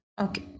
Okay